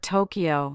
Tokyo